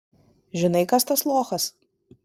žinai kas tas lochas